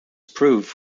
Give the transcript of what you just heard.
proof